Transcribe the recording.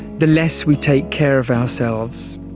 the less we take care of ourselves,